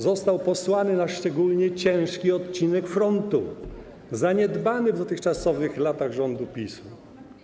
Został posłany na szczególnie ciężki odcinek frontu, zaniedbany w dotychczasowych latach rządu PiS.